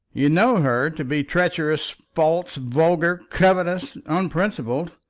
you know her to be treacherous, false, vulgar, covetous, unprincipled.